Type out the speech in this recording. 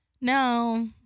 No